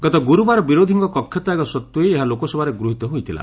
ଗତ ଗୁରୁବାର ବିରୋଧୀଙ୍କ କ୍ଷତ୍ୟାଗ ସତ୍ତ୍ୱେ ଏହା ଲୋକସଭାରେ ଗୃହିତ ହୋଇଥିଲା